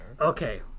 Okay